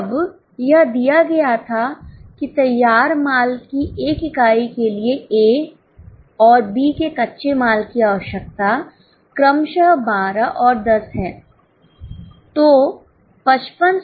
अब यह दिया गया था कि तैयार माल की 1 इकाई के लिए ए और बी के कच्चे माल की आवश्यकता क्रमशः 12 और 10 है